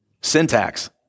Syntax